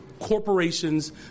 corporations